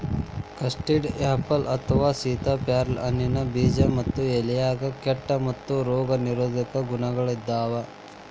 custard apple ಅಥವಾ ಸೇತಾಪ್ಯಾರಲ ಹಣ್ಣಿನ ಬೇಜ ಮತ್ತ ಎಲೆಯಾಗ ಕೇಟಾ ಮತ್ತ ರೋಗ ನಿರೋಧಕ ಗುಣಗಳಾದಾವು